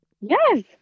Yes